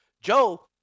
Joe –